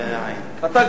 ואז אנחנו,